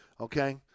Okay